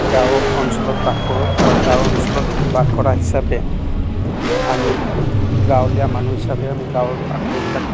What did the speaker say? গাঁৱৰ অঞ্চলত বাস কৰোঁ আৰু গাঁও অঞ্চলত বাস কৰা হিচাপে আমি গাঁৱলীয়া মানুহ হিচাপে আমি গাঁৱৰ আটাইবিলাক